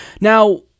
Now